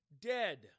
dead